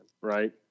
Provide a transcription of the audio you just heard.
Right